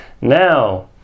Now